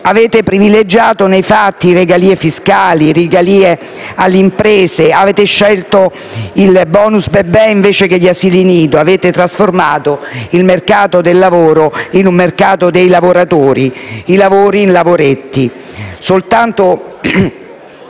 Avete privilegiato, nei fatti, regalie fiscali e alle imprese; avete scelto il *bonus* bebè invece che gli asili nido; avete trasformato il mercato del lavoro in un mercato dei lavoratori, i lavori in lavoretti.